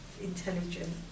intelligent